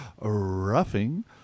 roughing